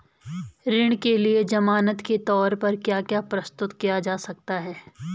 ऋण के लिए ज़मानात के तोर पर क्या क्या प्रस्तुत किया जा सकता है?